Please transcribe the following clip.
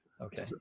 Okay